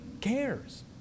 cares